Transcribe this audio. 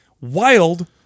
wild